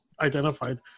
identified